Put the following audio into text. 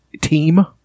Team